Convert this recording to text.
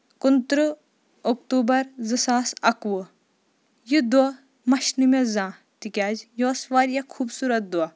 کُنہٕ ترٕٛہ اکتوٗبر زٕ ساس اَکہٕ وُہ یہِ دۄہ مَشہِ نہٕ مےٚ زانٛہہ تِکیازِ یہِ اوس واریاہ خوٗبصوٗرت دۄہ